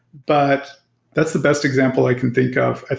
but that's the best example i can think of. ah